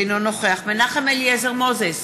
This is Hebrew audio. אינו נוכח מנחם אליעזר מוזס,